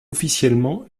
officiellement